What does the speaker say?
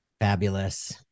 Fabulous